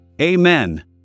Amen